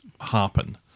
happen